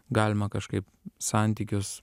galima kažkaip santykius